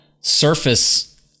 surface